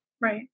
Right